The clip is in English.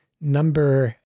number